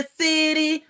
city